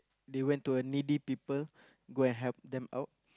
they went to a needy people go and help them out